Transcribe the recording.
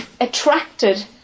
attracted